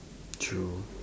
true